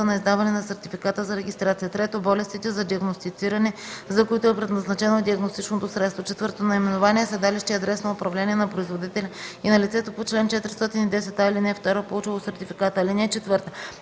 на издаване на сертификата за регистрация; 3. болестите за диагностициране, за които е предназначено диагностичното средство; 4. наименование, седалище и адрес на управление на производителя и на лицето по чл. 410а, ал. 2, получило сертификата. (4)